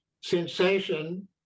sensation